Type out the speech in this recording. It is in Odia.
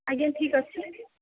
ଆଜ୍ଞା ଠିକ୍ ଅଛି